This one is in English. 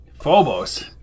Phobos